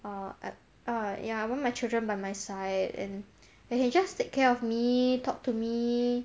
uh uh ya I want my children by my side and they can just take care of me talk to me